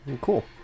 Cool